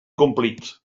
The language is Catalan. complit